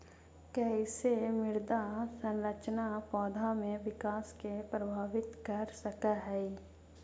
कईसे मृदा संरचना पौधा में विकास के प्रभावित कर सक हई?